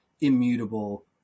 immutable